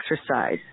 exercise